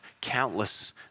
countless